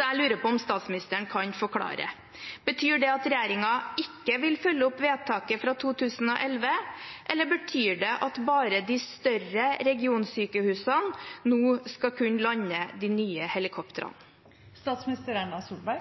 Jeg lurer på om statsministeren kan forklare: Betyr det at regjeringen ikke vil følge opp vedtaket fra 2011, eller betyr det at bare de større regionssykehusene nå skal kunne lande de nye